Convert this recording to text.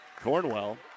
Cornwell